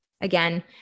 Again